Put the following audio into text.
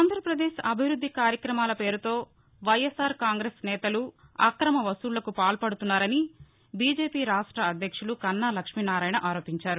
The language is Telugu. ఆంధ్రప్రదేశ్ అభివృద్ది కార్యక్రమాల పేరుతో వైఎస్ఆర్ కాంగ్రెస్ నేతలు అక్రమ వసూళ్లకు పాల్పదుతున్నారని బీజేపీ రాష్ట అధ్యక్షులు కన్నా లక్ష్మీనారాయణ ఆరోపించారు